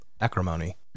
acrimony